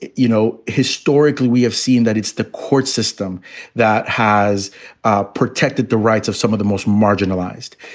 you know, historically, we have seen that it's the court system that has ah protected the rights of some of the most marginalized.